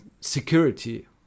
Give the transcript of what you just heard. security